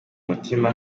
mutima